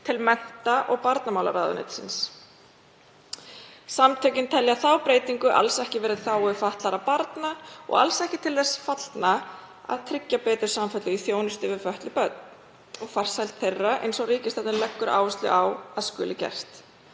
til mennta- og barnamálaráðuneytisins. Samtökin telja þá breytingu alls ekki vera í þágu fatlaðra barna og alls ekki til þess fallna að tryggja betur samfellu í þjónustu við fötluð börn og farsæld þeirra eins og ríkisstjórnin leggur áherslu á að skuli gert.